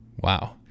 Wow